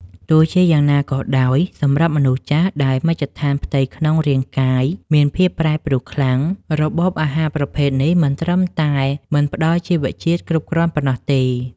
ទោះជាយ៉ាងណាក៏ដោយ សម្រាប់មនុស្សចាស់ដែលមជ្ឈដ្ឋានផ្ទៃក្នុងរាងកាយមានភាពប្រែប្រួលខ្លាំង របបអាហារប្រភេទនេះមិនត្រឹមតែមិនផ្តល់ជីវជាតិគ្រប់គ្រាន់ប៉ុណ្ណោះទេ។